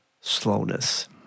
slowness